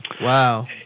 wow